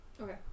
Okay